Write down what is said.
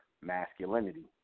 masculinity